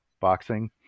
boxing